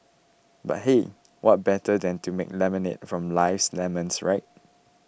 but hey what better than to make lemonade from life's lemons right